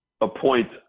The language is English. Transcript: appoint